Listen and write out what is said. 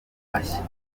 mashya